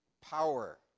power